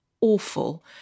awful